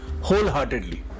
wholeheartedly